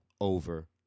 over